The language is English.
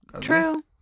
True